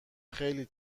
خیلی